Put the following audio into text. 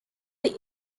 the